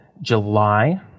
july